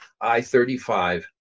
I-35